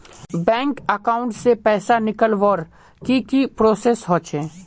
Bank account से पैसा निकालवर की की प्रोसेस होचे?